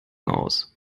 aus